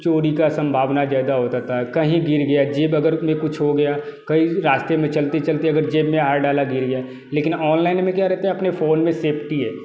चोरी का संभावना ज़्यादा होता था कहीं गिर गया जेब अगर में कुछ हो गया कई रास्ते में चलते चलते अगर जेब में हाथ डाला गिर गया लेकिन ऑनलाइन में क्या रहता है अपने फ़ोन में सेफ्टी है